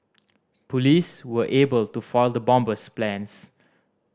police were able to foil the bomber's plans